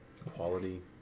Quality